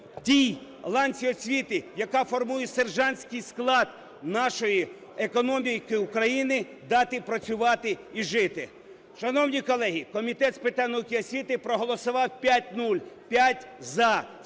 тій ланці освіті, яка формує сержантський склад нашої економіки України, дати працювати і жити. Шановні колеги, Комітет з питань науки і освіти проголосував 5:0, п’ять